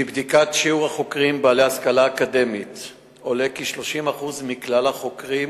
מבדיקת שיעור החוקרים בעלי ההשכלה האקדמית עולה כי 30% מכלל החוקרים